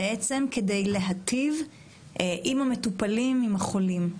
כדי להיטיב עם המטופלים ועם החולים.